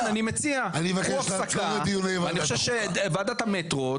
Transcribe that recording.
אני אבקש לעצור את דיוני ועדת החוקה.